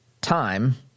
time